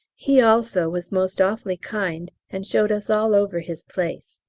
he also was most awfully kind and showed us all over his place.